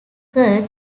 curd